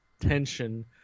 tension